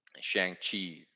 Shang-Chi